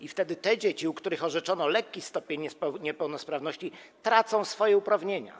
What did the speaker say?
I wtedy te dzieci, u których orzeczono lekki stopień niepełnosprawności, tracą swoje uprawnienia.